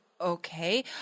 Okay